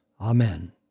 Amen